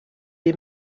est